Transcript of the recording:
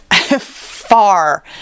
far